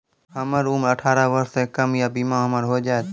हमर उम्र अठारह वर्ष से कम या बीमा हमर हो जायत?